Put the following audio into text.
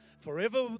Forever